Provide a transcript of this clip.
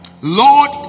Lord